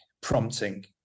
prompting